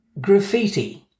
Graffiti